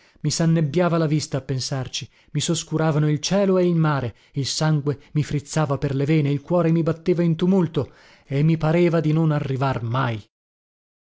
i s annebbiava la vista a pensarci mi soscuravano il cielo e il mare il sangue mi frizzava per le vene il cuore mi batteva in tumulto e mi pareva di non arrivar mai